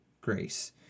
grace